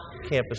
campus